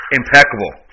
impeccable